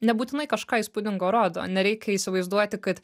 nebūtinai kažką įspūdingo rodo nereikia įsivaizduoti kad